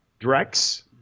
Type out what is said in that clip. Drex